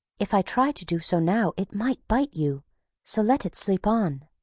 if i tried to do so now it might bite you so let it sleep on.